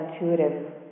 intuitive